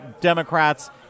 Democrats